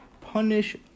punish